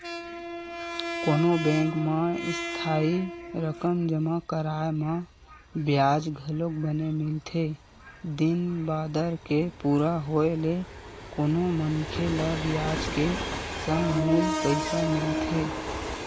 कोनो बेंक म इस्थाई रकम जमा कराय म बियाज घलोक बने मिलथे दिन बादर के पूरा होय ले कोनो मनखे ल बियाज के संग मूल पइसा मिलथे